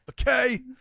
okay